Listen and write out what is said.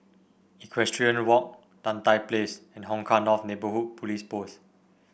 Equestrian Walk Tan Tye Place and Hong Kah North Neighbourhood Police Post